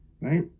right